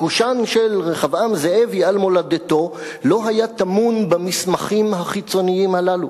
הקושאן של רחבעם זאבי על מולדתו לא היה טמון במסמכים החיצוניים הללו.